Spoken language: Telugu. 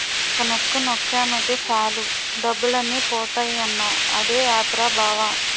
ఒక్క నొక్కు నొక్కేమటే సాలు డబ్బులన్నీ పోతాయన్నావ్ అదే ఆప్ రా బావా?